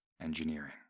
engineering